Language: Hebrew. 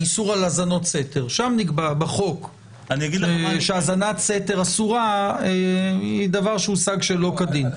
באיסור על האזנות סתר נקבע שהאזנת סתר אסורה היא ראיה שהושגה שלא כדין.